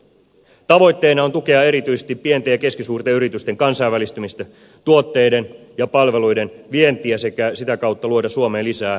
tavoitteena on tukea erityisesti pienten ja keskisuurten yritysten kansainvälistymistä tuotteiden ja palveluiden vientiä sekä sitä kautta luoda suomeen lisää työpaikkoja